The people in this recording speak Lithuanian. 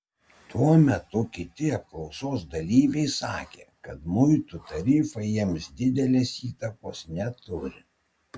tuo metu kiti apklausos dalyviai sakė kad muitų tarifai jiems didelės įtakos neturi